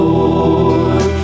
Lord